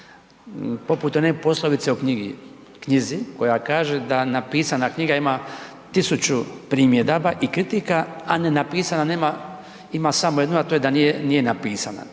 poput one poslovice o knjigi, knjizi, koja kaže da napisana knjiga ima 1000 primjedaba i kritika, a nenapisana nema, ima samo 1, a to je da nije napisana.